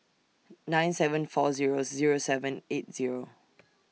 nine seven four Zero Zero seven eight Zero